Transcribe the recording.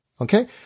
okay